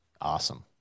Awesome